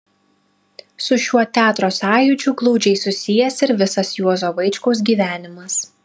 su šiuo teatro sąjūdžiu glaudžiai susijęs ir visas juozo vaičkaus gyvenimas